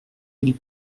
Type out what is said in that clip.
ils